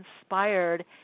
inspired